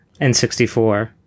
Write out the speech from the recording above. N64